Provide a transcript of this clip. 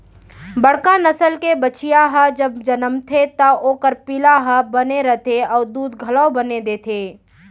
बड़का नसल के बछिया ह जब जनमथे त ओकर पिला हर बने रथे अउ दूद घलौ बने देथे